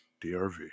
drv